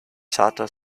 charter